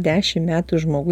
dešim metų žmogui